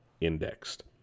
indexed